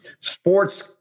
Sports